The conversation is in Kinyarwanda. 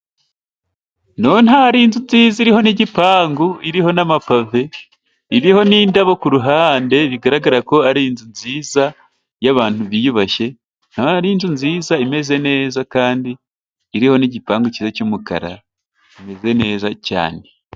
No ntari inzu ziriho n'igipangu, iriho n'amapave, iriho n'indabo kuruhande, bigaragara ko ari inzu nziza yabantu biyubashye, ari inzu nziza imeze neza kandi iriho ni'gipangu cyiza cy'umukara kimeze neza cyane.